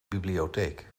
bibliotheek